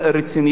יותר עניינית,